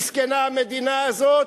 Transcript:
מסכנה המדינה הזאת,